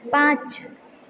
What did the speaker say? पाँच